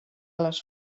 les